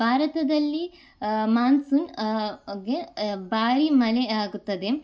ಭಾರತದಲ್ಲಿ ಮಾನ್ಸೂನ್ ಗೆ ಭಾರಿ ಮಳೆ ಆಗುತ್ತದೆ